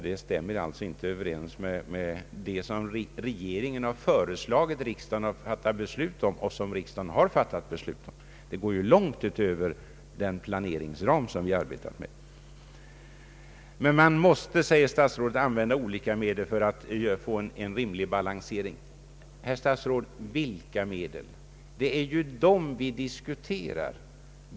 Den stämmer nämligen inte överens med det som regeringen föreslagit och riksdagen fattat beslut om. Ökningen går ju långt utöver den planeringsram som vi arbetat med. Man måste, säger statsrådet, använda olika medel för att få en rimlig balansering. Vilka medel, herr statsråd? Det är ju vad vi diskuterar.